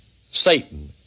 Satan